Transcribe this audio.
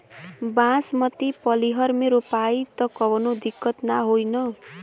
बासमती पलिहर में रोपाई त कवनो दिक्कत ना होई न?